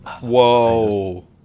Whoa